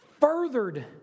furthered